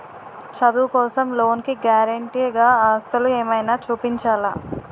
చదువు కోసం లోన్ కి గారంటే గా ఆస్తులు ఏమైనా చూపించాలా?